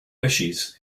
wishes